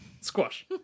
Squash